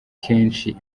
kenshi